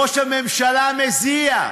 ראש הממשלה מזיע,